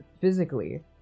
physically